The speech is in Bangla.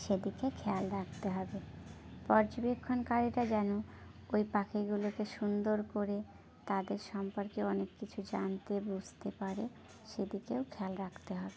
সেদিকে খেয়াল রাখতে হবে পর্যবেক্ষণকারীরা যেন ওই পাখিগুলোকে সুন্দর করে তাদের সম্পর্কে অনেক কিছু জানতে বুঝতে পারে সে দিকেও খেয়াল রাখতে হবে